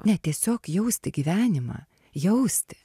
ne tiesiog jausti gyvenimą jausti